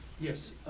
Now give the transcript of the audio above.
Yes